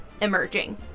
emerging